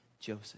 Joseph